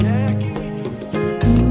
Jackie